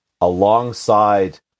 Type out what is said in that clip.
alongside